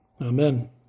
Amen